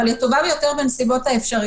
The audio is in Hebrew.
אבל היא כן הטובה ביותר בנסיבות האפשריות.